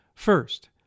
First